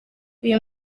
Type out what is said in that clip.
uyu